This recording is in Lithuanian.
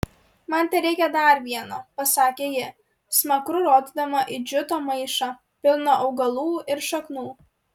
man tereikia dar vieno pasakė ji smakru rodydama į džiuto maišą pilną augalų ir šaknų